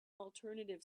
alternative